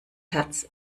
herz